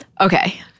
Okay